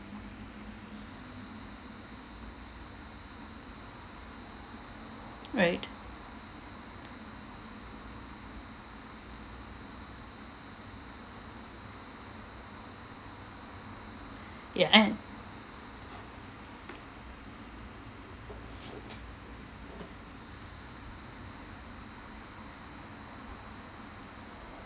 right ya and